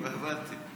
לא הבנתי.